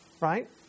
right